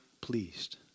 pleased